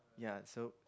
ya so